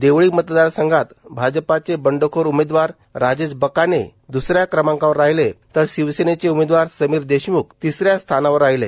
देवळी मतदारसंघात भाजपाचे बंडखोर उमेदवार राजेश बकाने द्सऱ्या क्रमांकावर राहिले तर षिवसेनेचे उमेदवार समीर देशम्ख तिसऱ्या स्थानावर राहिले